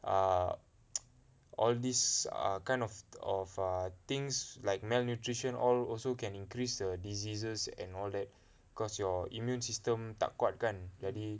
err all these err kind of err things like malnutrition all also can increase the diseases and all that because your immune system tak kuat kan jadi